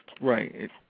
right